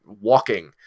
walking